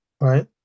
right